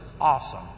awesome